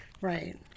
Right